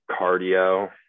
cardio